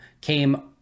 came